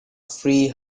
free